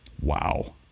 Wow